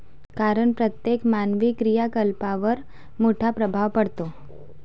कारण प्रत्येक मानवी क्रियाकलापांवर मोठा प्रभाव पडतो